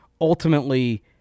ultimately